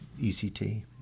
ECT